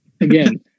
Again